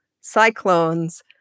cyclones